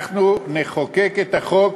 אנחנו נחוקק את החוק.